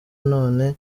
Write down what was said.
none